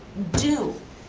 do?